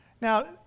Now